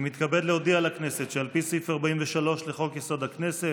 אני מתכבד להודיע לכנסת שעל פי סעיף 43 לחוק-יסוד: הכנסת,